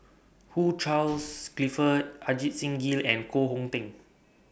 Hugh Charles Clifford Ajit Singh Gill and Koh Hong Teng